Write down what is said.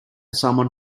someone